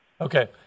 Okay